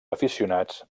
aficionats